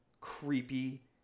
creepy